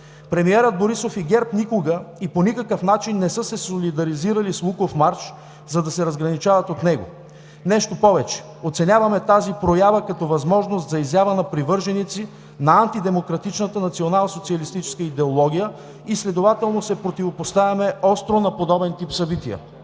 премиерът Борисов и ГЕРБ никога и по никакъв начин не са се солидаризирали с Луковмарш, за да се разграничават от него. Нещо повече, оценяваме тази проява като възможност за изява на привърженици на антидемократичната националсоциалистическа идеология и следователно се противопоставяме остро на подобен тип събития.